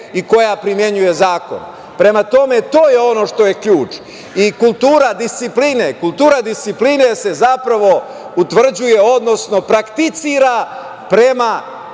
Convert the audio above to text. i koja primenjuje zakon. Prema tome, to je ono što je ključ. Kultura discipline, kultura discipline se zapravo utvrđuje, odnosno prakticira prema